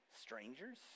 strangers